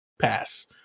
pass